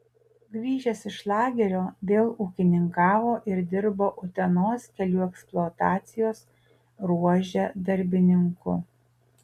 grįžęs iš lagerio vėl ūkininkavo ir dirbo utenos kelių eksploatacijos ruože darbininku